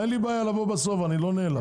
אין לי בעיה לבוא בסוף אני לא נעלב.